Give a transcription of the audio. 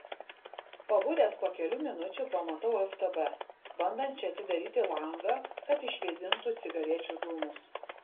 pabudęs po kelių minučių pamatau ftb bandančią atidaryti langą kad išvėdintų cigarečių dūmus